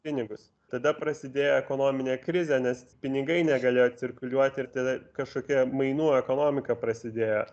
pinigus tada prasidėjo ekonominė krizė nes pinigai negalėjo cirkuliuoti ir tada kažkokia mainų ekonomika prasidėjo